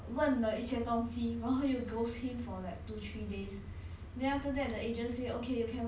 so I introduce my agent lah but in the end hor the agent hor like